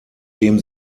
dem